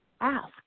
ask